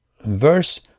verse